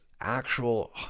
actual